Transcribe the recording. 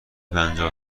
پنجاه